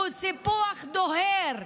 הוא סיפוח דוהר,